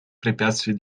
препятствий